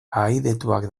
ahaidetuak